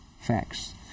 facts